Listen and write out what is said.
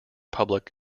public